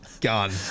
gone